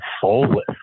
soulless